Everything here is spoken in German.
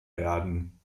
werden